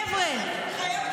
חבר'ה,